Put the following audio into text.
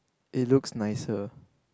it looks nicer